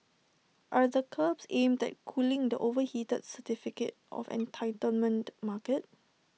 are the curbs aimed at cooling the overheated certificate of entitlement market